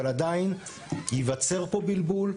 אבל עדיין - ייווצר פה בלבול.